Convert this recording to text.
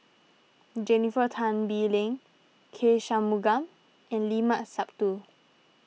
Jennifer Tan Bee Leng K Shanmugam and Limat Sabtu